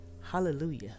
hallelujah